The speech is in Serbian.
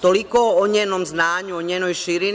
Toliko o njenom znanju, o njenoj širini.